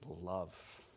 love